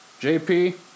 JP